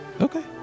Okay